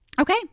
Okay